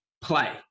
play